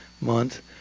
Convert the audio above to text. month